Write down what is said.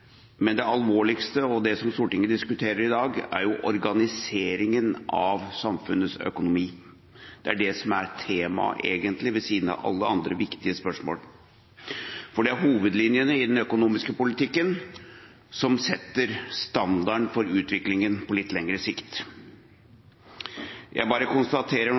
men det alvorligste og det som Stortinget diskuterer i dag, er organiseringen av samfunnets økonomi. Det er det som er temaet, egentlig – ved siden av alle andre viktige spørsmål. For det er hovedlinjene i den økonomiske politikken som setter standarden for utviklingen på litt lengre sikt. Jeg bare konstaterer